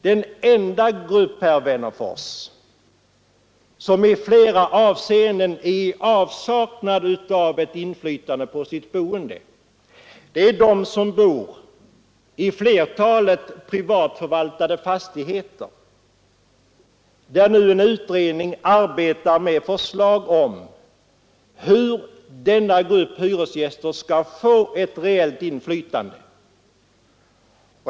Den enda grupp, herr Wennerfors, som saknar inflytande på sitt boende är de människor som bor i flertalet privatförvaltade fastigheter. En utredning arbetar nu fram förslag om hur denna grupp hyresgäster skall få ett reellt inflytande.